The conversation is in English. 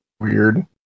Weird